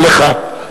זה לך.